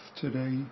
today